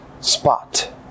spot